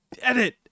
Edit